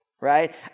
right